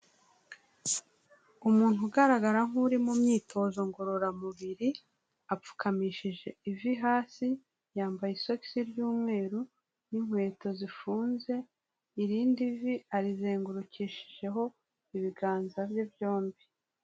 Umuntu ugaragara nk'uri mu myitozo ngororamubiri, apfukamishije ivi hasi, yambaye isogisi ry'umweru n'inkweto zifunze, irindi vi arizengurukishijeho ibiganza bye byombi.